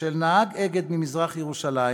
של נהג "אגד" ממזרח-ירושלים,